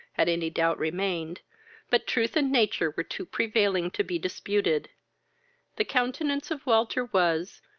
had any doubt remained but truth and nature were too prevailing to be disputed the countenance of walter was,